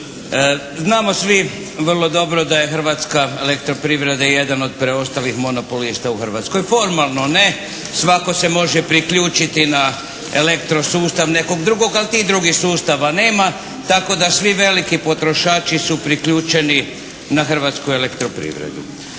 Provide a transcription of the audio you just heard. Znamo svi vrlo dobro da je Hrvatska elektroprivreda jedan od preostalih monopolista u Hrvatskoj. Formalno ne, svatko se može priključiti na elektrosustav nekog drugog, ali tih drugih sustava nema. Tako da svi veliki potrošači su priključene na Hrvatsku elektroprivredu.